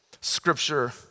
scripture